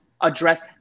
address